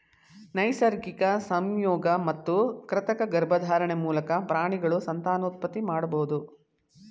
ನೈಸರ್ಗಿಕ ಸಂಯೋಗ ಮತ್ತು ಕೃತಕ ಗರ್ಭಧಾರಣೆ ಮೂಲಕ ಪ್ರಾಣಿಗಳು ಸಂತಾನೋತ್ಪತ್ತಿ ಮಾಡಬೋದು